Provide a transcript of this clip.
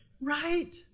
Right